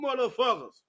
motherfuckers